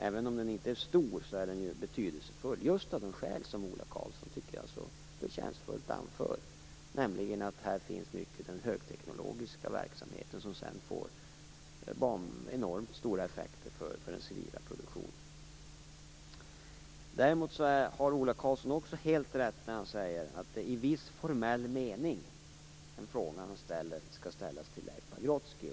Även om den inte är stor är den betydelsefull just av de skäl som Ola Karlsson så förtjänstfullt anför, nämligen att här finns mycket av den högteknologiska verksamhet som sedan får enormt stora effekter för den civila produktionen. Ola Karlsson har också helt rätt i att den fråga han ställer "i viss formell mening" skall ställas till Leif Pagrotsky.